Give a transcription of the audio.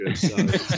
good